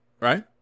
Right